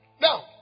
now